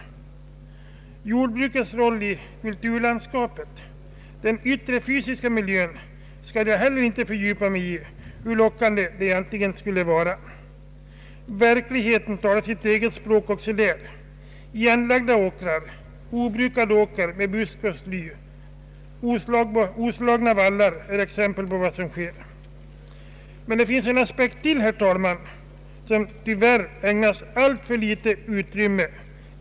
Jordbrukets roll i kulturlandskapet, den yttre fysiska miljön, skall jag inte heller fördjupa mig i, hur lockande det än skulle vara. Verkligheten talar sitt eget språk också där. Igenlagda åkrar, obrukad åker med busk och sly och oslagna vallar är exempel på vad som sker. Men det finns ytterligare en aspekt på det som sker för närvarande, som tyvärr ägnas alltför litet utrymme.